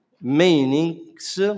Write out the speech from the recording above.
meanings